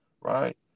right